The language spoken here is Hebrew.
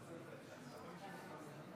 התרבות והספורט